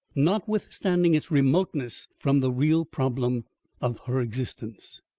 notwithstanding its remoteness from the real problem of her existence.